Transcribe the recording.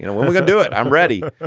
you know what we could do it. i'm ready.